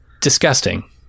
disgusting